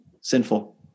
sinful